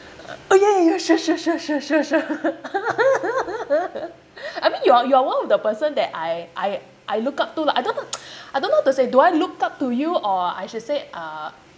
oh ya ya sure sure sure sure sure sure I mean you're you're one of the person that I I I look up to lah I don't know I don't know how to say do I look up to you or I should say uh